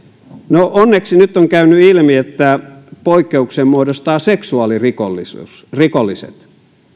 no onneksi nyt on käynyt ilmi että poikkeuksen muodostavat seksuaalirikolliset